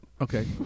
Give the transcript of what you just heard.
Okay